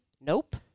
nope